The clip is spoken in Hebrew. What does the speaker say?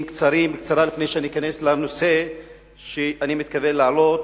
קצרים לפני שאכנס לנושא שאני מתכוון להעלות,